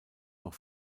noch